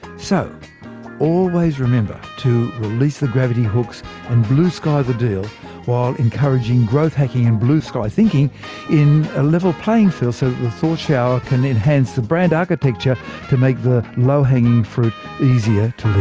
so always remember to release the gravity hooks and blue sky the deal while encouraging growth-hacking and blue sky thinking in a level playing field so the thought shower can enhance the brand architecture to make the low hanging fruit easier to